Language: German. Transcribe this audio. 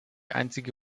einzige